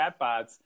chatbots